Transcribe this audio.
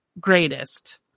greatest